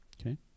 Okay